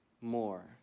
more